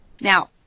Now